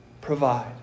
provide